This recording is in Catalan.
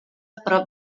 prop